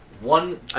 One